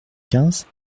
quinze